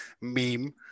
meme